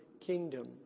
kingdom